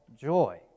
joy